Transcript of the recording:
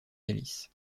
hélice